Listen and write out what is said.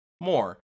more